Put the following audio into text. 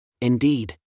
Indeed